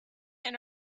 and